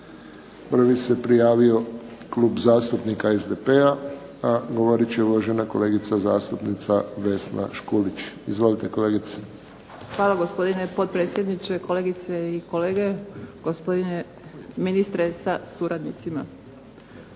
Prvi se prijavio Klub zastupnika SDP-a, a govorit će uvažena kolegica zastupnica Vesna Škulić. Izvolite kolegice. **Škulić, Vesna (SDP)** Hvala gospodine potpredsjedniče, kolegice i kolege, gospodine ministre sa suradnicima.